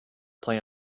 play